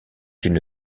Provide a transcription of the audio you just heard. une